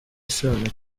isano